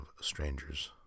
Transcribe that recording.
strangers